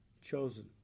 chosen